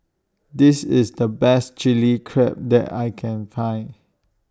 This IS The Best Chilli Crab that I Can Find